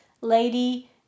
Lady